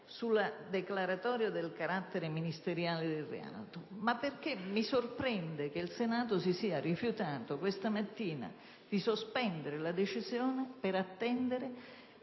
sulla declaratoria del carattere ministeriale del reato, ma perché mi sorprende che il Senato si sia rifiutato questa mattina di sospendere la decisione in attesa